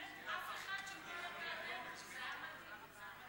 אדוני היושב-ראש, חברי הכנסת, חברות הכנסת,